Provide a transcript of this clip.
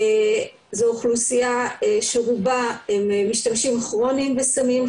זו אוכלוסייה שרובה הם משתמשים כרוניים בסמים,